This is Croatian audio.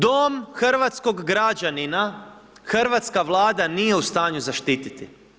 Dom hrvatskog građanina hrvatska Vlada nije u stanju zaštititi.